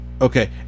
Okay